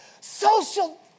social